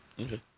Okay